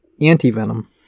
Anti-Venom